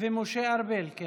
ומשה ארבל.